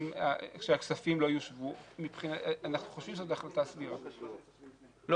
אנחנו חושבים שההחלטה ש --- לא,